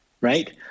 right